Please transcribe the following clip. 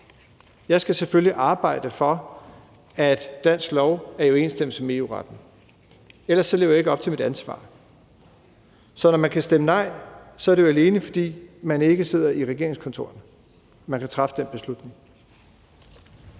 Jeg skal selvfølgelig arbejde for, at dansk lov er i overensstemmelse med EU-retten, ellers lever jeg ikke op til mit ansvar. Så når man kan stemme nej og kan træffe den beslutning, er det jo alene, fordi man ikke sidder i regeringskontorerne. Som jeg nævnte under